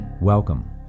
Welcome